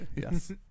Yes